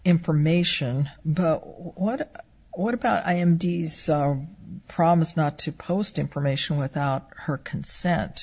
information but what what about i am did promise not to post information without her consent